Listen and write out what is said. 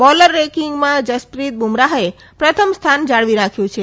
bowler રેકિગમાં જસપ્રીત બુમરાહે પ્રથમ સ્થાન જાળવી રાખ્યુ છે